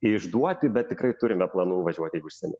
išduoti bet tikrai turime planų važiuoti į užsienį